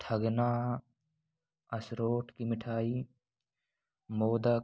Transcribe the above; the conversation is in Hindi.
ठगना असरोठ की मिठाई मोदक